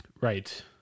Right